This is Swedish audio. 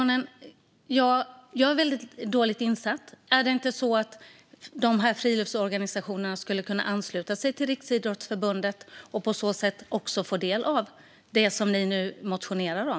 Jag är väldigt dåligt insatt, Annika Hirvonen, men är det inte så att de här friluftsorganisationerna skulle kunna ansluta sig till Riksidrottsförbundet och på så sätt få del av det som ni nu motionerar om?